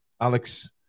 Alex